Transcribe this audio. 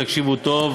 תקשיבו טוב.